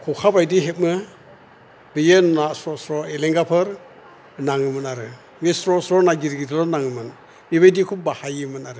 खखा बायदि हेबनो बेयो ना स्र स्र एलेंगाफोर नाङोमोन आरो बे स्र स्र ना गिदिरल' गिदिरल' नाङोमोन बेबायदिखौ बाहायोमोन आरो